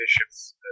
bishops